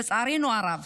לצערנו הרב,